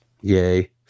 Yay